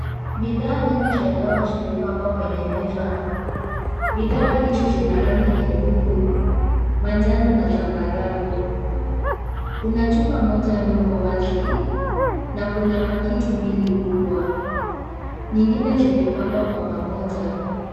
Bidhaa nyingi za dawa zimepangwa kwenye meza. Bidhaa hizi zina rangi nyekundu, manjano na zambarau. Kuna chupa moja ndogo wazi na kuna pakiti mbili kubwa. Nyingine zimepangwa kwa pamoja.